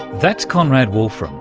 that's conrad wolfram,